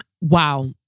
wow